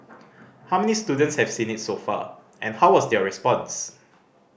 how many students have seen it so far and how was their response